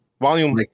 Volume